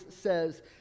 says